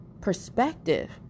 perspective